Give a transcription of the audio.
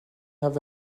have